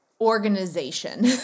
organization